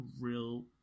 real